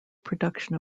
production